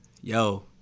Yo